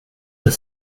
the